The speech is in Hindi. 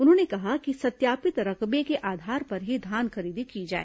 उन्होंने कहा कि सत्यापित रकबे के आधार पर ही धान खरीदी की जाए